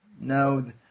No